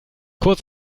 kurz